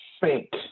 fake